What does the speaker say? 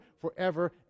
forever